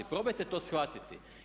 Probajte to shvatiti.